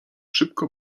szybko